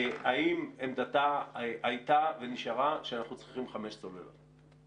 האם עמדתה הייתה ונשארה שאנחנו צריכים חמש צוללות?